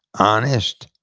honest,